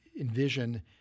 envision